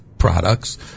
Products